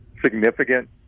significant